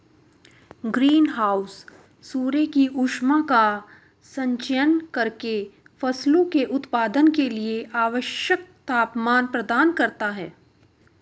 green house सूर्य की ऊष्मा का संचयन करके फसलों के उत्पादन के लिए आवश्यक तापमान प्रदान करता है